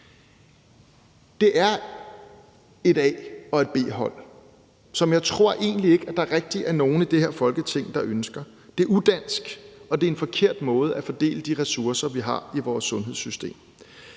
Det er et A- og et B-hold, som jeg egentlig ikke tror at der rigtig er nogen i det her Folketing der ønsker. Det er udansk, og det er en forkert måde at fordele de ressourcer, vi har i vores sundhedssystem,